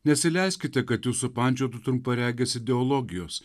nesileiskite kad jus supančiotų trumparegės ideologijos